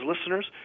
listeners